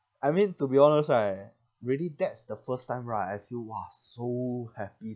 I mean to be honest right really that's the first time right I feel !wah! so happy